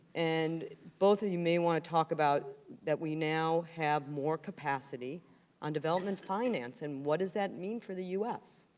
and both of you may wanna talk about that we now have more capacity on development finance, and what does that mean for the u s?